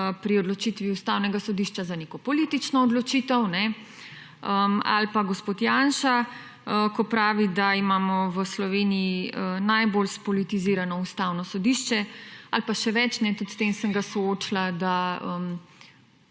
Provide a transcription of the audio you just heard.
pri odločitvi Ustavnega sodišča za neko politično odločitev ali pa gospod Janša, ko pravi, da imamo v Sloveniji najbolj spolitizirano Ustavno sodišče ali pa še več, tudi s tem sem ga soočila, da